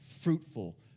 fruitful